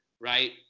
right